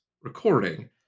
recording